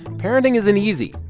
parenting isn't easy,